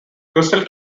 crystal